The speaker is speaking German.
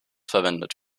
verwendet